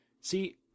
See